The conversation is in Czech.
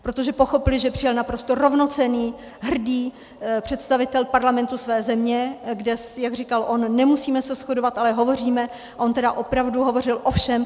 Protože pochopili, že přijel naprosto rovnocenný, hrdý představitel Parlamentu své země, kde, jak říkal on, nemusíme se shodovat, ale hovoříme on tedy opravdu hovořil o všem.